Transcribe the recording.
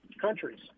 countries